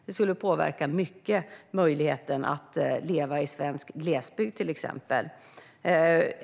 Det skulle till exempel påverka möjligheten att leva i svensk glesbygd mycket.